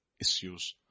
issues